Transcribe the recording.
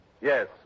Yes